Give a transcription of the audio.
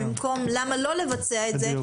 במקום למה לא לבצע את זה,